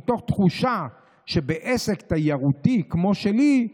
מתוך תחושה שבעסק תיירותי כמו שלי,